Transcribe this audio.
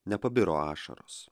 nepabiro ašaros